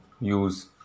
use